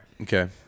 Okay